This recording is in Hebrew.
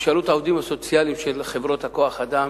תשאלו את העובדים הסוציאליים של חברות כוח-האדם.